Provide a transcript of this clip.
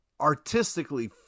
artistically